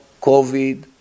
COVID